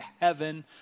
heaven